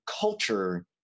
culture